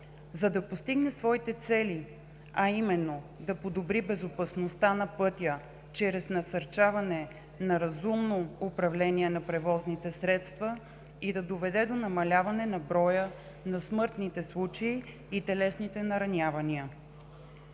За да постигне своите цели, а именно: да подобри безопасността на пътя чрез насърчаване на разумно управление на превозните средства и да доведе до намаляване на броя на смъртните случаи и телесните наранявания,